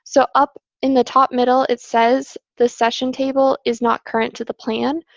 so up in the top middle, it says the session table is not current to the plan,